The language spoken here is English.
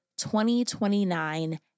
2029